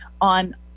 on